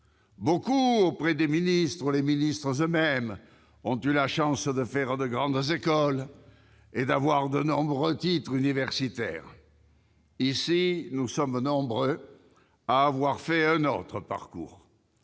Beaucoup, auprès des ministres, ou les ministres eux-mêmes, ont eu la chance de faire de grandes écoles et d'obtenir de nombreux titres universitaires. Ici, nous sommes nombreux à avoir suivi un autre parcours,